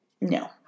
No